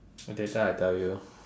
later I tell you